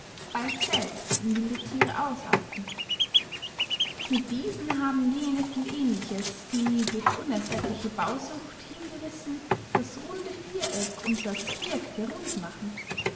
bald selbst in wilde thiere ausarten mit diesen haben jene viel ähnliches die durch unersättliche bausucht hingerissen das runde viereckig und das viereckige rund machen